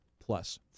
plus